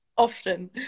often